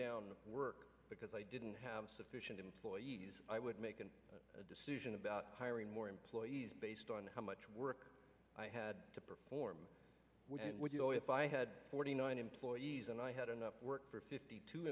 down work because i didn't have sufficient employees i would make a decision about hiring more employees based on how much work i had to perform if i had forty nine employees and i had enough work for fifty two